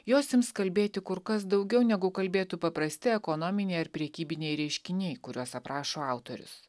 jos ims kalbėti kur kas daugiau negu kalbėtų paprasti ekonominiai ar prekybiniai reiškiniai kuriuos aprašo autorius